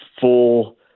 full